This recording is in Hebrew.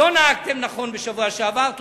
לא נהגתם נכון בשבוע שעבר.